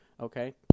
okay